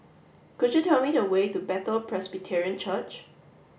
could you tell me the way to Bethel Presbyterian Church